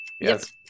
Yes